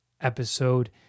episode